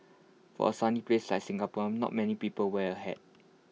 for A sunny place like Singapore not many people wear A hat